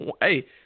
Hey